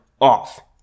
off